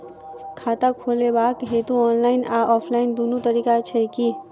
खाता खोलेबाक हेतु ऑनलाइन आ ऑफलाइन दुनू तरीका छै की?